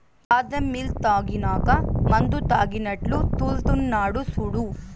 బాదం మిల్క్ తాగినాక మందుతాగినట్లు తూల్తున్నడు సూడు